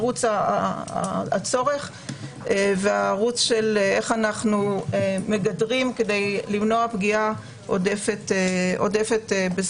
ערוץ הצורך והערוץ של איך אנחנו מגדרים כדי למנוע פגיעה עודפת בזכויות.